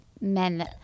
men